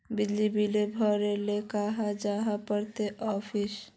बिजली बिल भरे ले कहाँ जाय पड़ते ऑफिस?